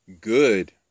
good